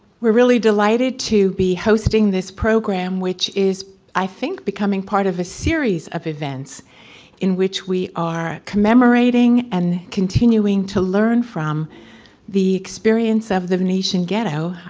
we're really delighted to be hosting this program which is, i think, becoming part of a series of events in which we are commemorating and continuing to learn from the experience of the venetian ghetto,